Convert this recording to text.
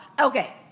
okay